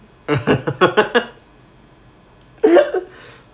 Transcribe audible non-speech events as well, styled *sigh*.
*laughs*